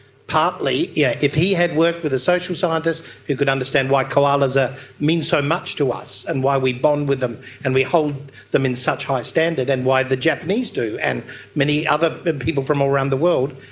partly, yeah if he had worked with a social scientist who could understand why koalas ah mean so much to us and why we bond with them and we hold them in such high standard and why the japanese do and many other people from all around the world,